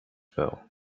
well